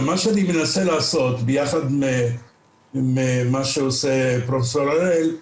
מה שאני מנסה לעשות, ביחד עם מה שעושה פרופ' הראל,